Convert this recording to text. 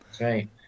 right